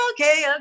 Okay